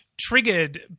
triggered